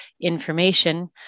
information